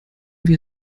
wir